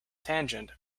tangent